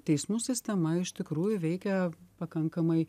teismų sistema iš tikrųjų veikia pakankamai